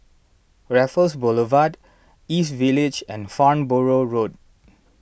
Raffles Boulevard East Village and Farnborough Road